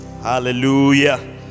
Hallelujah